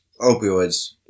Opioids